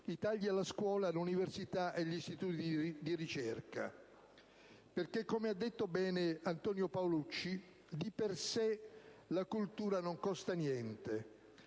i tagli alla scuola, all'università e agli istituti di ricerca. Infatti, come ha detto bene Antonio Paolucci, di per sé la cultura non costa niente,